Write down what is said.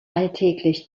alltäglich